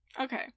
okay